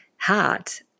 heart